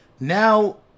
Now